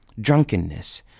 drunkenness